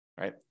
right